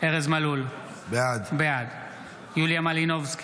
ארז מלול, בעד יוליה מלינובסקי,